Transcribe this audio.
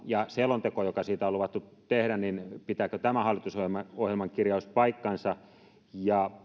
ja selonteosta joka siitä on luvattu tehdä pitääkö tämä hallitusohjelman kirjaus paikkansa ja